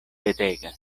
petegas